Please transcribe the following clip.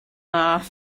are